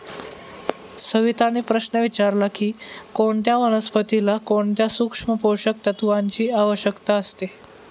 सविताने प्रश्न विचारला की कोणत्या वनस्पतीला कोणत्या सूक्ष्म पोषक तत्वांची आवश्यकता असते?